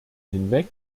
hinweg